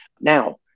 Now